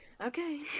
Okay